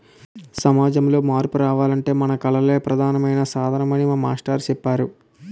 సమాజంలో మార్పు రావాలంటే మన కళలే ప్రధానమైన సాధనమని మా మాస్టారు చెప్పేరు